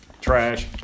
Trash